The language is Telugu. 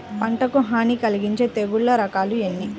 పంటకు హాని కలిగించే తెగుళ్ల రకాలు ఎన్ని?